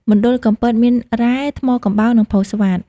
មណ្ឌលកំពត មានរ៉ែ ថ្មកំបោរ និងផូស្វាត។